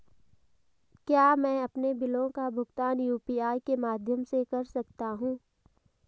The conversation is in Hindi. क्या मैं अपने बिलों का भुगतान यू.पी.आई के माध्यम से कर सकता हूँ?